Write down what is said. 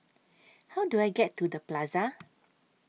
How Do I get to The Plaza